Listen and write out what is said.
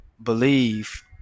believe